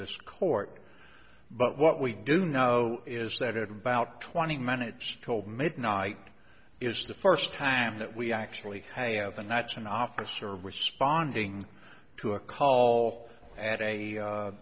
this court but what we do know is that at about twenty minutes told midnight is the first time that we actually have a night's an officer responding to a call at a